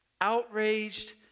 outraged